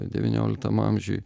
devynioliktam amžiuj